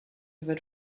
wird